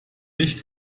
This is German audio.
nicht